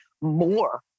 more